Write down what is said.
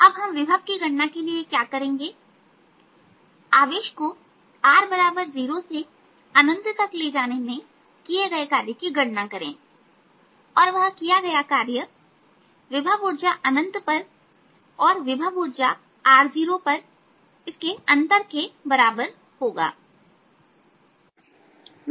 अब हम विभव की गणना करने के लिए क्या करेंगे आवेश को r0 से जाने में किए गए कार्य की गणना करें और वह किया गया कार्य विभव ऊर्जा अनंत पर विभव ऊर्जा r0 के बराबर होगा